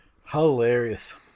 hilarious